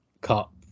Cup